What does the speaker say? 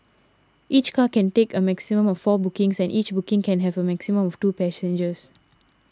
each car can take a maximum of four bookings and each booking can have a maximum of two passengers